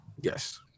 yes